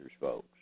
folks